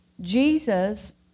Jesus